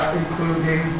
including